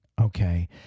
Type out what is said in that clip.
Okay